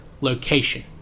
Location